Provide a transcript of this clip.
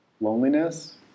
Loneliness